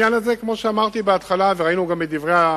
כמו שאמרתי בהתחלה, ושמענו את הדוברים,